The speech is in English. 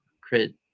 create